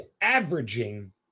averaging